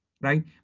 right